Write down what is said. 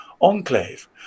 enclave